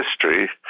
history